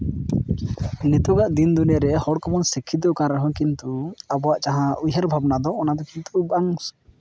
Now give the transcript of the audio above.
ᱱᱤᱛᱳᱜ ᱟᱜ ᱫᱤᱱ ᱫᱩᱱᱭᱟᱹᱨᱮ ᱦᱚᱲ ᱠᱚᱵᱚᱱ ᱥᱤᱠᱠᱷᱤᱛᱚ ᱟᱠᱟᱱ ᱨᱮᱦᱚᱸ ᱠᱤᱱᱛᱩ ᱟᱵᱚᱣᱟᱜ ᱡᱟᱦᱟᱸ ᱩᱭᱦᱟᱹᱨ ᱵᱷᱟᱵᱽᱱᱟ ᱫᱚ ᱚᱱᱟ ᱫᱚ ᱠᱤᱱᱛᱩ ᱵᱟᱝ